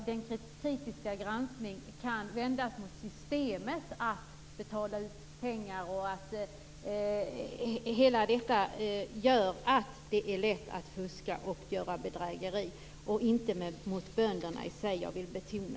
Den kritiska granskningen kan vändas mot systemet att betala ut pengar. Allt detta gör att det är lätt att fuska och utföra bedrägerier. Anmärkningen var inte riktad mot bönderna i sig, vilket jag vill betona.